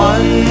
One